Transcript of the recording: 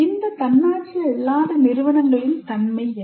இந்த தன்னாட்சி அல்லாத நிறுவனங்களின் தன்மை என்ன